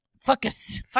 focus